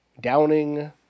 downing